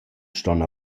ston